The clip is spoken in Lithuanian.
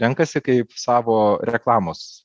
renkasi kaip savo reklamos